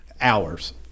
hours